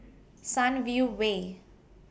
Sunview Way